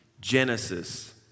Genesis